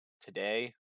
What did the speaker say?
today